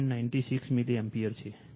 96 milli ampere